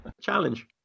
Challenge